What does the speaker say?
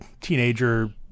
teenager